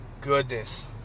goodness